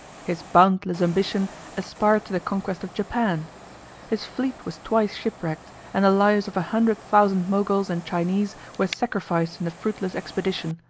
his boundless ambition aspired to the conquest of japan his fleet was twice shipwrecked and the lives of a hundred thousand moguls and chinese were sacrificed in the fruitless expedition.